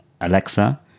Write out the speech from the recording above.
alexa